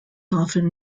often